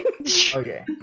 Okay